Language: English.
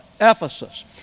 Ephesus